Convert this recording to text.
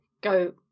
go